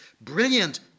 brilliant